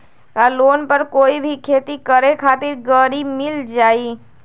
का लोन पर कोई भी खेती करें खातिर गरी मिल जाइ?